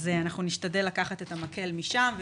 אז נשתדל לקחת את המקל משם,